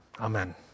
Amen